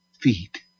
feet